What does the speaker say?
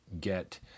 get